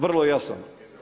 Vrlo jasan.